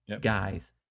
guys